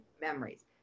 memories